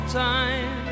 time